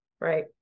Right